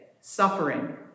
suffering